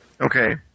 Okay